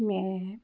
ਮੈਂ